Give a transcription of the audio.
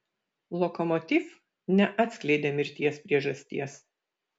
lokomotiv neatskleidė mirties priežasties